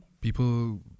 People